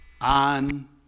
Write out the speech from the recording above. on